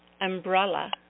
umbrella